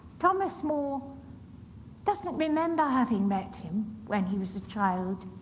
thomas more doesn't remember having met him when he was a child.